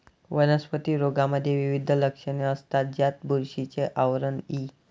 वनस्पती रोगांमध्ये विविध लक्षणे असतात, ज्यात बुरशीचे आवरण इ